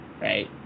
right